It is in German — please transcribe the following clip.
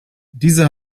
diese